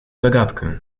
zagadkę